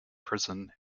prison